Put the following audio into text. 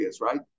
Right